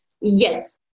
Yes